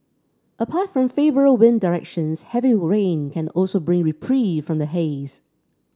apart from favourable wind directions heavy rain can also bring reprieve from the haze